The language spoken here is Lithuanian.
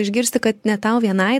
išgirsti kad ne tau vienai